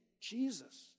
Jesus